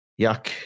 yuck